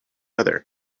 other